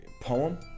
poem